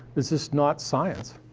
it's just not science.